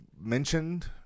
mentioned